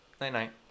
night-night